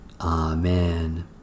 Amen